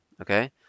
Okay